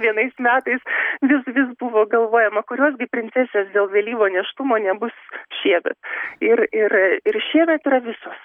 vienais metais vis vis buvo galvojama kurios gi princesės dėl vėlyvo nėštumo nebus šiemet ir ir ir šiemet yra visos